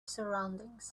surroundings